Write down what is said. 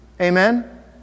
Amen